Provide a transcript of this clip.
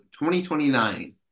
2029